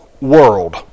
world